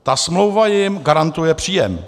Ta smlouva jim garantuje příjem.